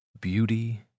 Beauty